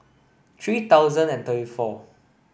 three thousand and thirty four